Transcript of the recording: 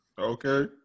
Okay